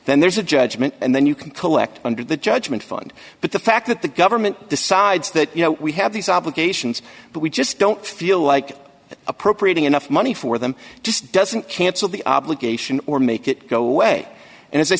then there's a judgment and then you can collect under the judgment fund but the fact that the government decides that you know we have these obligations but we just don't feel like appropriating enough money for them just doesn't cancel the obligation or make it go away and i